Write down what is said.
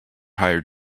hired